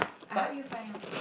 I help you find lah